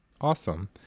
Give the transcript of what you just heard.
Awesome